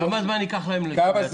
כמה זמן ייקח להם לייצר?